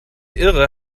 irre